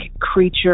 creature